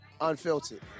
Unfiltered